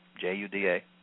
J-U-D-A